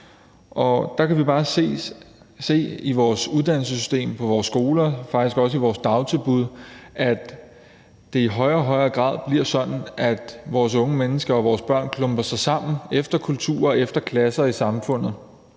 Der kan vi bare se i vores uddannelsessystem, på vores skoler og faktisk også i vores dagtilbud, at det i højere og højere grad bliver sådan, at vores unge mennesker og vores børn klumper sig sammen på baggrund af kulturer og klasser i samfundet,